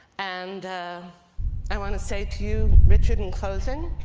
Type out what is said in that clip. and i want to say to you richard, in closing,